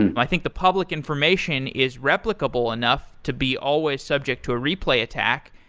and i think the public information is replicable enough to be always subject to a replay attack.